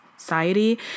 society